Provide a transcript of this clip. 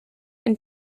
and